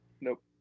Nope